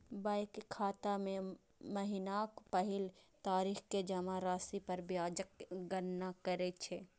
bank खाता मे महीनाक पहिल तारीख कें जमा राशि पर ब्याजक गणना करै छै